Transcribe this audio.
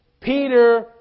Peter